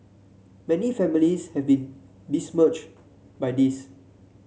many families have been besmirched by this